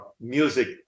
music